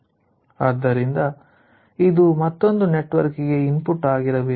ಆದ್ದರಿಂದ ಇದು ಮತ್ತೊಂದು ನೆಟ್ವರ್ಕ್ ಗೆ ಇನ್ಪುಟ್ ಆಗಿರಬೇಕು